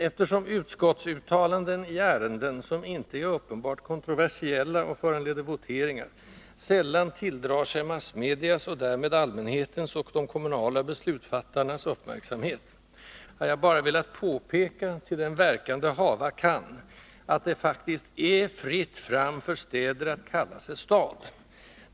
Eftersom utskottsuttalanden i ärenden, som inte är uppenbart kontroversiella och föranleder voteringar, sällan tilldrar sig massmedias och därmed allmänhetens och de kommunala beslutsfattarnas uppmärksamhet, har jag bara velat påpekatill den verkan det hava kan— att det faktiskt är fritt fram för städer att kalla sig ”stad”.